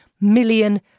million